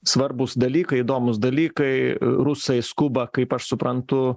svarbūs dalykai įdomūs dalykai rusai skuba kaip aš suprantu